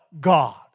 God